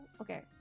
Okay